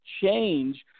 change